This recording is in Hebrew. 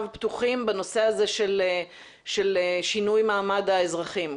פתוחים בנושא הזה של שינוי מעמד האזרחים?